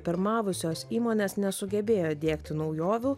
pirmavusios įmonės nesugebėjo įdiegti naujovių